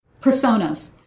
Personas